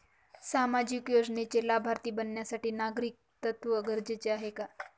सामाजिक योजनेचे लाभार्थी बनण्यासाठी नागरिकत्व गरजेचे आहे का?